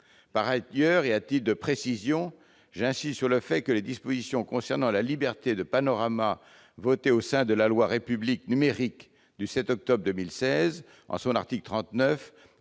Par ailleurs, et à titre de précision, j'insiste sur le fait que les dispositions concernant la liberté de panorama, votées à l'article 39 de la loi pour une République numérique du 7 octobre 2016, protègent